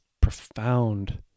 profound